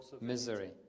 misery